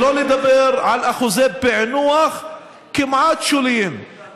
שלא לדבר על אחוזי פענוח כמעט שוליים.